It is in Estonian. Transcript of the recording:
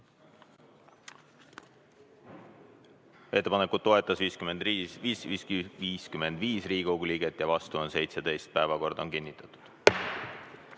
Ettepanekut toetas 55 Riigikogu liiget ja vastu on 17. Päevakord on kinnitatud. Head